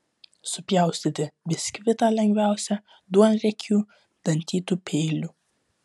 supjaustyti biskvitą lengviausia duonriekiu dantytu peiliu